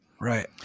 right